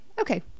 okay